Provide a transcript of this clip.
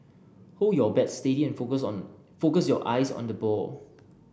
hold your bat steady and focus on focus your eyes on the ball